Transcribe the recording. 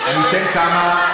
אני אתן כמה,